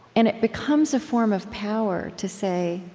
and it becomes a form of power to say,